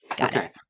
okay